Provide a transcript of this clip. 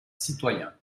citoyen